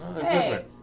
Hey